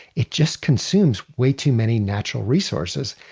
it just consumes way too many natural resources.